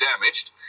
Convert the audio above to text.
damaged